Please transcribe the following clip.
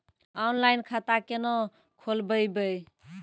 Online खाता केना खोलभैबै?